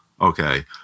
Okay